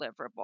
deliverable